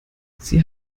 sie